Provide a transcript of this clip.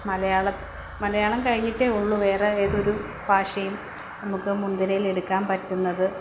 മലയാളം മലയാളം കഴിഞ്ഞിട്ടേ ഉള്ളു വേറെ ഏതൊരു ഭാഷയും നമുക്ക് മുൻനിരയിൽ എടുക്കാൻ പറ്റുന്നത്